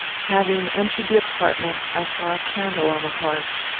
having entered the apartment, i saw a candle on the hearth.